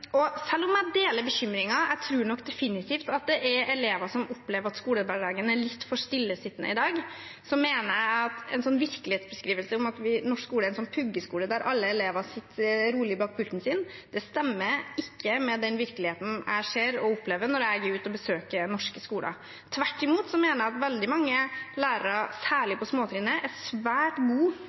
Selv om jeg deler bekymringen – jeg tror nok definitivt at det er elever som opplever at skolehverdagen er litt for stillesittende i dag – mener jeg at en beskrivelse av norsk skole som en puggeskole der alle elever sitter rolig bak pulten sin, ikke stemmer med den virkeligheten jeg ser og opplever når jeg er ute og besøker norske skoler. Tvert imot mener jeg at veldig mange lærere særlig på småtrinnet er svært